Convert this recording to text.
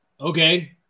Okay